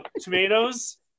tomatoes